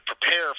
prepare